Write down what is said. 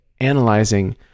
analyzing